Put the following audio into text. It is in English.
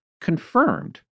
confirmed